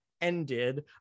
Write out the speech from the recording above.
ended